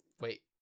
wait